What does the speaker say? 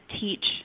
teach